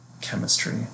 Chemistry